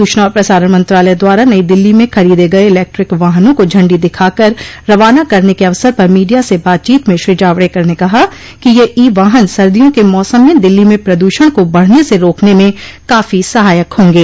सूचना और प्रसारण मंत्रालय द्वारा नई दिल्ली में खरीदे गए इलैक्ट्रिक वाहनों को झंडी दिखाकर रवाना करने के अवसर पर मीडिया से बातचीत में श्री जावड़ेकर ने कहा कि ये ई वाहन सर्दियों के मौसम में दिल्ली में प्रदूषण को बढ़ने से रोकने में काफी सहायक होंगे